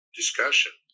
discussion